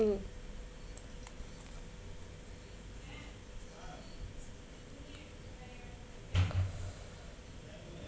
mm